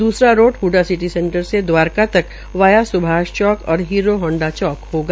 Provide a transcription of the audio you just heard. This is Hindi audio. दूसरा रूट हडा सिटी सेंटर से द्वारका तक वाया सुभाष चौक और हीरो होंडा चौ होगा